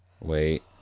Wait